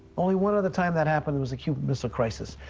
only one other time that happened was the cuban missile crisis,